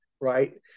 right